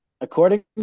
According